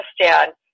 Afghanistan